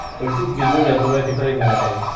tokių gidų lietuvoje tikrai nėra daug